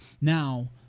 Now